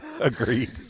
Agreed